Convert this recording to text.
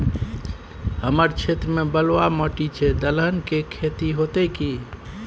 हमर क्षेत्र में बलुआ माटी छै, दलहन के खेती होतै कि?